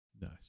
Nice